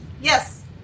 Yes